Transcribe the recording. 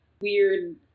weird